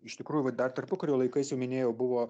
iš tikrųjų va dar tarpukario laikais jau minėjau buvo